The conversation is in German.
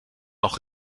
noch